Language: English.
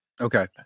Okay